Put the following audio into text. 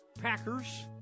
Packers